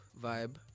vibe